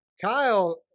Kyle